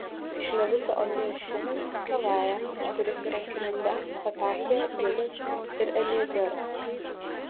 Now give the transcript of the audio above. iš levitų atėjo šimis kelaja kuris yra kelita petachija judas ir eliezeras